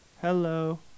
Hello